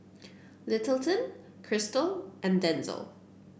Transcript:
Littleton Crystal and Denzil